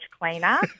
cleaner